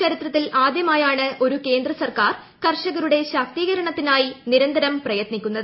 ചരിത്രത്തിൽ ആദ്യമായാണ് ഒരു കേന്ദ്ര സർക്കാർ കർഷകരുടെ ശാക്തീകരണത്തിനായി ്നിരന്തരം പ്രയത്നിക്കുന്നത്